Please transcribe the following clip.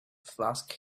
flask